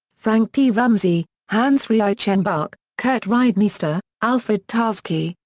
frank p. ramsey, hans reichenbach, kurt reidemeister, alfred tarski,